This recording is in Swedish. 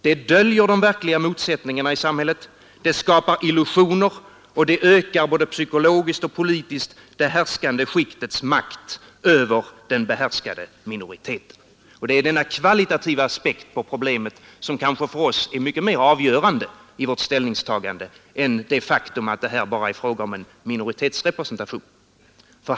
Det döljer de verkliga motsättningarna i samhället, det skapar illusioner och det ökar både psykologiskt och politiskt det härskande skiktets makt över den behärskade minoriteten. Denna kvalitativa aspekt på problemet är kanske för oss mycket mer avgörande i vårt ställningstagande än det faktum att det här bara är fråga om en minoritetsrepresentation.